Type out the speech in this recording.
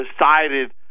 decided